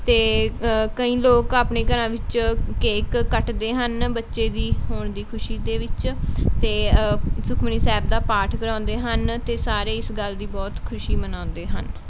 ਅਤੇ ਕਈ ਲੋਕ ਆਪਣੇ ਘਰਾਂ ਵਿੱਚ ਕੇਕ ਕੱਟਦੇ ਹਨ ਬੱਚੇ ਦੀ ਹੋਣ ਦੀ ਖੁਸ਼ੀ ਦੇ ਵਿੱਚ ਅਤੇ ਸੁਖਮਨੀ ਸਾਹਿਬ ਦਾ ਪਾਠ ਕਰਵਾਉਂਦੇ ਹਨ ਅਤੇ ਸਾਰੇ ਇਸ ਗੱਲ ਦੀ ਬਹੁਤ ਖੁਸ਼ੀ ਮਨਾਉਂਦੇ ਹਨ